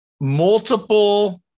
Multiple